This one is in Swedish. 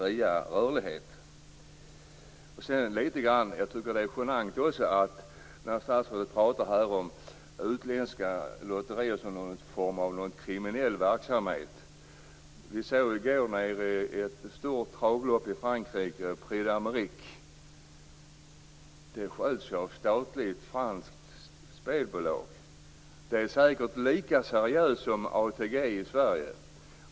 Jag tycker också att det är genant att statsrådet pratar om utländska lotterier som om de vore någon form av kriminell verksamhet. I går var det en stor travtävling i Frankrike, Prix d'Amerique, och det sköts ju av ett statligt ägt franskt spelbolag som säkert är lika seriöst som ATG i Sverige.